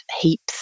heaps